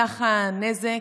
סך הנזק,